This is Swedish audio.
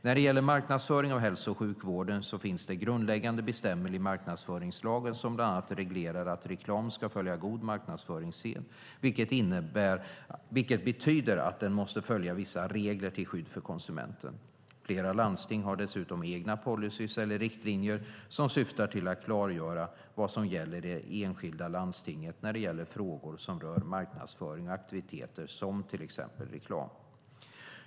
När det gäller marknadsföring av hälso och sjukvården så finns det grundläggande bestämmelser i marknadsföringslagen som bland annat reglerar att reklam ska följa god marknadsföringssed, vilket betyder att den måste följa vissa regler till skydd för konsumenten. Flera landsting har dessutom egna policyer eller riktlinjer som syftar till att klargöra vad som gäller i det enskilda landstinget när det gäller frågor som rör marknadsföring och aktiviteter som till exempel reklam.